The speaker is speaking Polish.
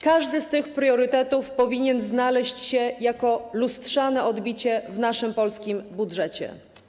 Każdy z tych priorytetów powinien znaleźć się jako lustrzane odbicie w naszym polskim budżecie.